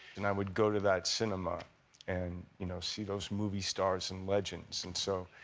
and i would go to that cinema and you know see those movie stars and legends. and so,